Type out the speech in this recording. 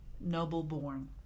noble-born